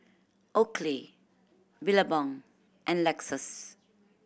Oakley Billabong and Lexus